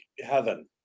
heaven